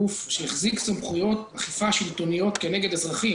גוף שהחזיק סמכויות אכיפה שלטוניות כנגד אזרחים,